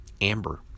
amber